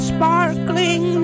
Sparkling